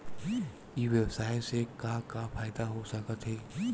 ई व्यवसाय से का का फ़ायदा हो सकत हे?